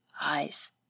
Eyes